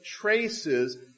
traces